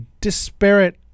disparate